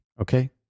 okay